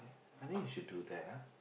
I think we should do that ah